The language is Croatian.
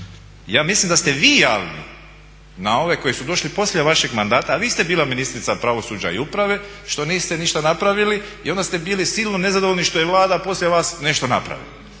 Ja mislim da ste vi jalni na ove koji su došli poslije vašeg mandata, a vi ste bili ministrica pravosuđa i uprave što niste ništa napravili i onda ste bili silno nezadovoljni što je Vlada poslije vas nešto napravila.